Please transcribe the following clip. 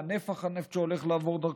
מה נפח הנפט שהולך לעבור דרכו,